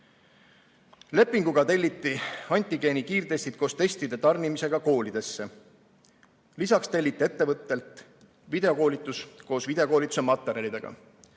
teada. Lepinguga telliti antigeeni kiirtestid koos testide tarnimisega koolidesse. Lisaks telliti ettevõttelt videokoolitus koos videokoolituse materjalidega.